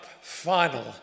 final